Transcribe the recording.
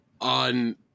On